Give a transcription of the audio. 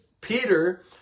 Peter